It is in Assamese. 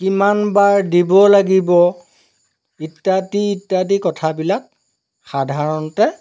কিমান বাৰ দিব লাগিব ইত্যাদি ইত্যাদি কথাবিলাক সাধাৰণতে